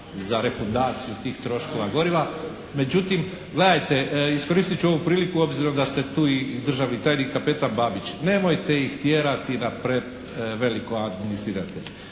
za refundaciju tih troškova goriva. Međutim gledajte, iskoristit ću ovu priliku obzirom da ste tu i državni tajnik kapetan Babić. Nemojte ih tjerati da ih preveliko administrirate.